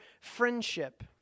friendship